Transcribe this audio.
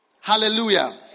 Hallelujah